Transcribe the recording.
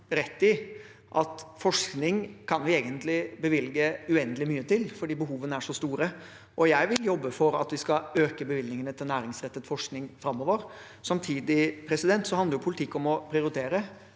rett i at forskning kan vi egentlig bevilge uendelig mye til, fordi behovene er så store, og jeg vil jobbe for at vi skal øke bevilgningene til næringsrettet forskning framover. Samtidig handler politikk om å prioritere.